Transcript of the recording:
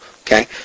Okay